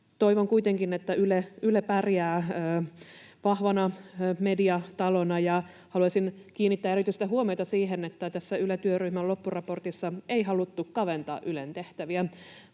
Toivon kuitenkin, että Yle pärjää vahvana mediatalona, ja haluaisin kiinnittää erityistä huomiota siihen, että tässä Yle-työryhmän loppuraportissa ei haluttu kaventaa Ylen tehtäviä